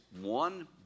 one